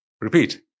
repeat